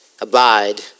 Abide